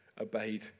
obeyed